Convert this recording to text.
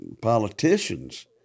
politicians